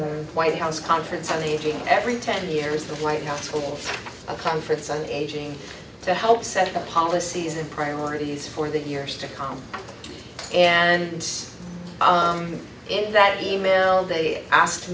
y white house conference on aging every ten years the white house hold a conference on aging to help set up policies and priorities for the years to come and in that e mail they asked